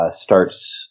starts